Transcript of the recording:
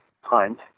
hunt